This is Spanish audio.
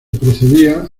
procedía